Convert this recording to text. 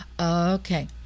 Okay